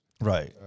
Right